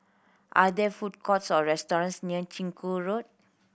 are there food courts or restaurants near Chiku Road